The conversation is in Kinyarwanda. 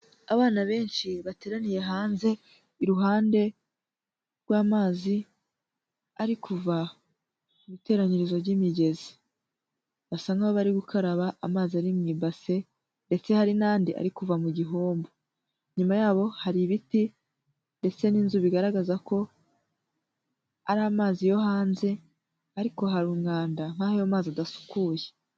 Abana benshi bateraniye hanze, iruhande rw'amazi ari kuva mu iteranyirizo ry'imigezi, basa nk'aho bari gukaraba amazi ari mu ibase, ndetse hari n'andi ari kuva mu gihombo, inyuma yabo hari ibiti ndetse n'inzu bigaragaza ko ari amazi yo hanze, ariko hari umwanda nk'aho ayo mazi adasukuye.